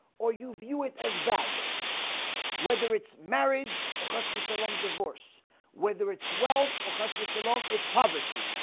or you view it as bad whether it's marriage or hospice alone divorce whether it's wealth or hospice alone. it's poverty